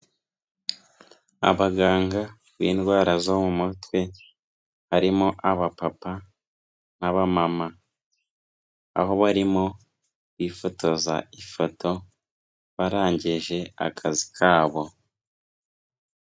Abaganga b'indwara zo mu mutwe barimo abapapa n'abamama, aho barimo bifotoza ifoto barangije akazi kabo.